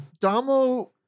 Damo